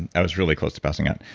and i was really close to passing out.